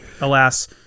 alas